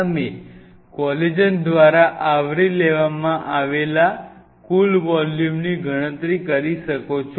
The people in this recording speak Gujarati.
તમે કોલેજન દ્વારા આવરી લેવામાં આવેલા કુલ વોલ્યુમની ગણતરી કરી શકો છો